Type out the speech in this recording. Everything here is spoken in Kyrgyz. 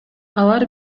алар